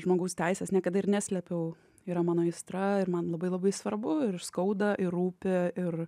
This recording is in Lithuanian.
žmogaus teisės niekada ir neslėpiau yra mano aistra ir man labai labai svarbu ir skauda ir rūpi ir